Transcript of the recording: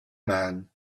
man